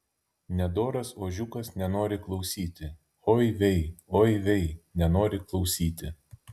nedoras ožiukas nenori klausyti oi vei oi vei nenori klausyti